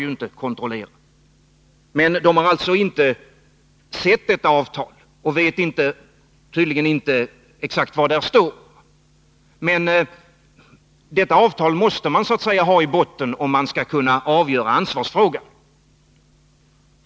Men konstitutionsutskottets ledamöter har alltså inte sett detta avtal och vet tydligen inte exakt vad där står. Detta avtal måste man dock ha i botten, om man skall kunna avgöra ansvarsfrågan.